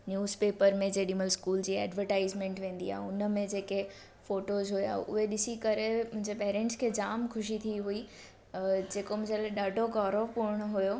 news papers में जेॾीहिल school जी एडवर्टाइज़मेंट वेंदी आहे हुनमें जेके फ़ोटोज़ हुया उहे ॾिसी करे मुंहिंजे पेरेंट्स खे जाम ख़ुशी थी हुई जेको मुंहिंजे लाइ ॾाढो गौरव पूर्ण हुयो